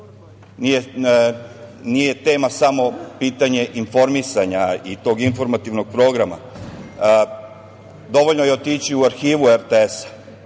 nije tema, pitanje samo informisanja i tog informativnog programa, dovoljno je otići u Arhivu RTS-a